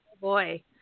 boy